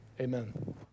Amen